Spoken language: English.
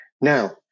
now